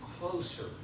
closer